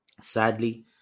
Sadly